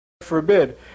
forbid